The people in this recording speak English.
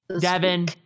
Devin